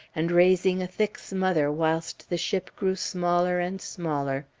and raising a thick smother whilst the ship grew smaller and smaller,